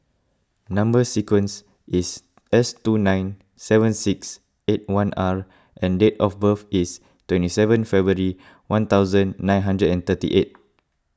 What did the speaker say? Number Sequence is S two nine seven six eight one R and date of birth is twenty seven February one thousand nine hundred and thirty eight